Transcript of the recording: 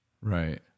right